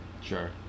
Sure